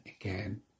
again